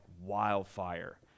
wildfire